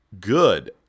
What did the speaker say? good